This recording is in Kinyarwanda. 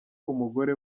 umugore